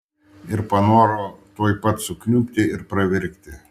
ir panoro tuoj pat sukniubti ir pravirkti